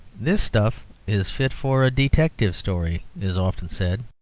this stuff is fit for a detective story is often said,